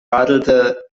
radelte